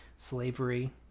slavery